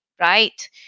right